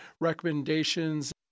recommendations